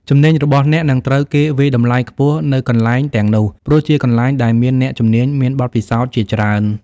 ជំនាញរបស់អ្នកនឹងត្រូវគេវាយតម្លៃខ្ពស់នៅកន្លែងទាំងនោះ ព្រោះជាកន្លែងដែលមានអ្នកជំនាញមានបទពិសោធជាច្រើន។